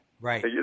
right